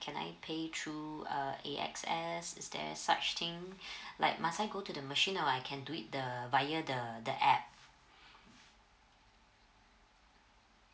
can I pay through uh A_X_S is there's such thing like must I go to the machine or I can do it the via the the app